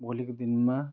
भोलिको दिनमा